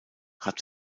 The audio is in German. hat